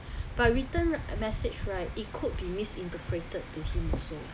but written message right it could be misinterpreted to him also